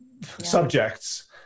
subjects